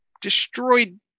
destroyed